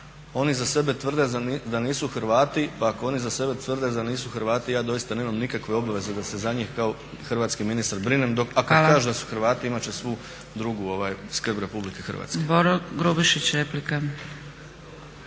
A što se tiče Bunjevaca, oni za sebe tvrde da nisu Hrvati ja doista nemam nikakve obaveze da se za njih kao hrvatski ministar brinem, a kada kažu da su Hrvati imati će svu drugu skrb Republike Hrvatske.